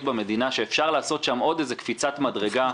במדינה שאפשר לעשות שם עוד איזו קפיצת מדרגה.